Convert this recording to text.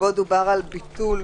שבו דובר על ביטול,